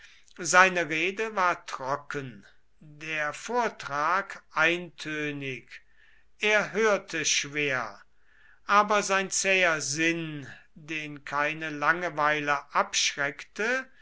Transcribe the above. seine rede war trocken der vortrag eintönig er hörte schwer aber sein zäher sinn den keine langeweile abschreckte